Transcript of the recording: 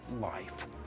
life